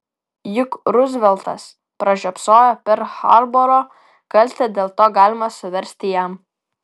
juk ruzveltas pražiopsojo perl harborą kaltę dėl to galima suversti jam